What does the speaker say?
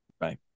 Right